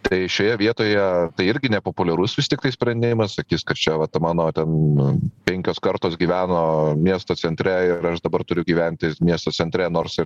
tai šioje vietoje tai irgi nepopuliarus vis tiktai sprendimas sakys kad čia vat mano ten penkios kartos gyveno miesto centre ir aš dabar turiu gyventi miesto centre nors ir